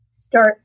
start